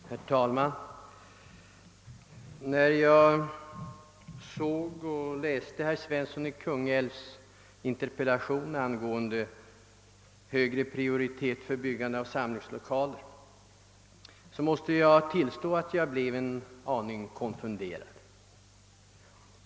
Herr talman! När jag tog del av herr Svenssons i Kungälv interpellation angående högre prioritet för byggande av samlingslokaler blev jag en aning konfunderad.